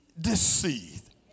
deceived